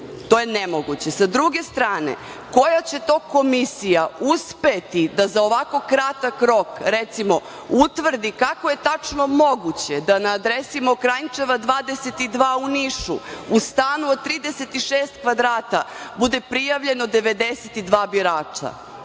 To je nemoguće. Sa druge strane, koja će to komisija uspeti da za ovako kratak rok, recimo, utvrdi kako je tačno moguće da na adresi Mokranjčeva 22 u Nišu, u stanu od 36 kvadrata, bude prijavljeno 92